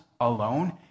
alone